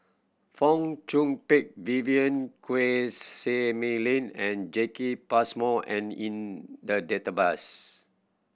Fong Chong Pik Vivien Quahe Seah Mei Lin and Jacki Passmore and in the database